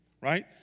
right